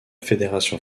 fédération